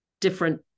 different